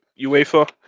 UEFA